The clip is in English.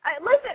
Listen